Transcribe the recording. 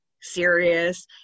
serious